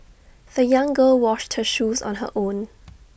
the young girl washed her shoes on her own